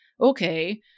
okay